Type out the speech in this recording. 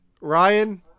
Ryan